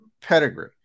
pedigree